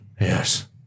Yes